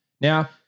Now